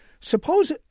suppose